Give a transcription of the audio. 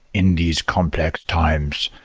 in these complex times,